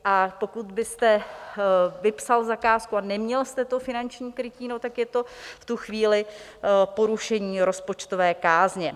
A pokud byste vypsal zakázku a neměl jste to finanční krytí, tak je to v tu chvíli porušení rozpočtové kázně.